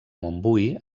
montbui